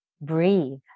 breathe